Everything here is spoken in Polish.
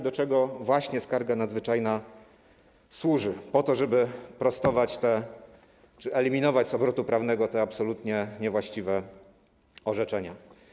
Do tego właśnie skarga nadzwyczajna służy, żeby prostować czy eliminować z obrotu prawnego te absolutnie niewłaściwe orzeczenia.